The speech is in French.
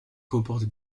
comporte